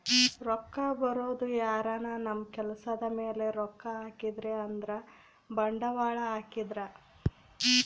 ರೊಕ್ಕ ಬರೋದು ಯಾರನ ನಮ್ ಕೆಲ್ಸದ್ ಮೇಲೆ ರೊಕ್ಕ ಹಾಕಿದ್ರೆ ಅಂದ್ರ ಬಂಡವಾಳ ಹಾಕಿದ್ರ